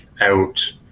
out